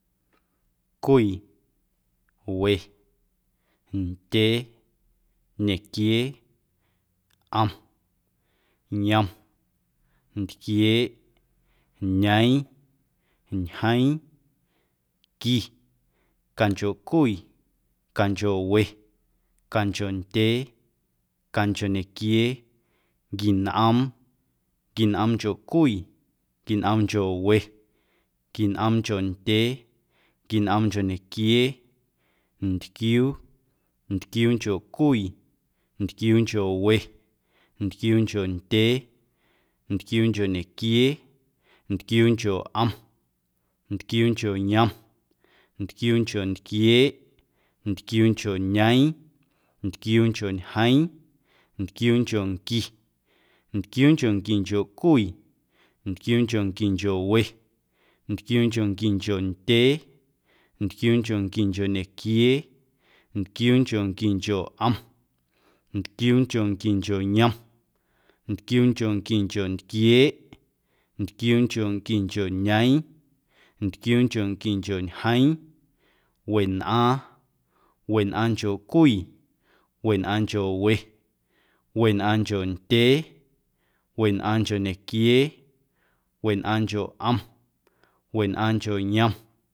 Cwii, we, ndyee, ñequiee, ꞌom, yom, ntquieeꞌ, ñeeⁿ, ñjeeⁿ, qui, canchoꞌcwii, canchoꞌwe, canchoꞌndyee, canchoꞌ ñequiee, nquinꞌoom, nquinꞌoomncho cwii, nquinꞌoomncho we, nquinꞌoomncho ndyee, nquinꞌoomncho ñequiee, ntquiuu, ntquiuuncho cwii, ntquiuuncho we, ntquiuuncho ndyee, ntquiuuncho ñequiee, ntquiuuncho ꞌom, ntquiuuncho yom, ntquiuuncho ntquieeꞌ, ntquiuuncho ñeeⁿ, ntquiuuncho ñjeeⁿ, ntquiuunchonqui, ntquiuunchonquincho cwii, ntquiuunchonquincho we, ntquiuunchonquincho ndyee, ntquiuunchonquincho ñequiee, ntquiuunchonquincho ꞌom, ntquiuunchonquincho yom, ntquiuunchonquincho ntquieeꞌ, ntquiuunchonquincho ñeeⁿ, ntquiuunchonquincho ñjeeⁿ, wenꞌaaⁿ, wenꞌaaⁿncho cwii, wenꞌaaⁿncho we, wenꞌaaⁿncho ndyee, wenꞌaaⁿncho ñequiee, wenꞌaaⁿncho ꞌom, wenꞌaaⁿncho yom.